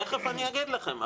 תיכף אני אגיד לכם,